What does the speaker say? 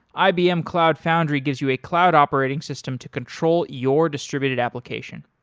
ibm cloud foundry gives you a cloud operating system to control your distributed application.